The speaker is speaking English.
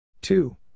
two